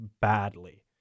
badly